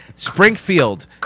Springfield